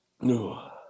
No